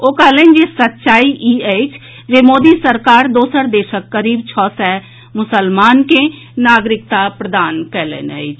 ओ कहलनि जे सच्चाई ई अछि जे मोदी सरकार दोसर देशक करीब छओ सय मुसलमान के नागरिकता प्रदान कयलनि अछि